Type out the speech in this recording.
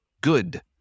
good